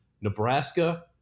Nebraska